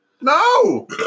No